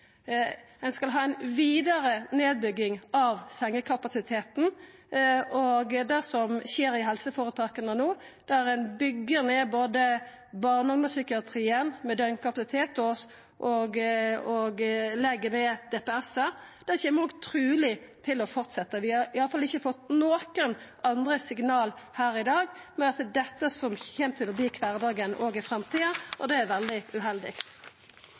ein skal ha ei vidare nedbygging av sengekapasiteten, og det som skjer i helseføretaka no, der ein byggjer ned både barne- og ungdomspsykiatrien med døgnkapasitet og legg ned DPS, kjem òg truleg til å fortsetja. Vi har iallfall ikkje fått nokon andre signal her i dag. Det er altså dette som kjem til å verta kvardagen òg i framtida, og det er veldig uheldig.